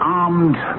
armed